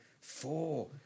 Four